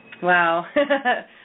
Wow